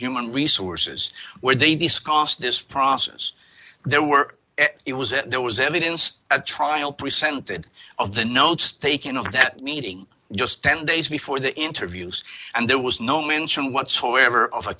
human resources where they discussed this process there were it was there was evidence at trial presented of the notes taken of that meeting just ten days before the interviews and there was no mention whatsoever of a